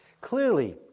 Clearly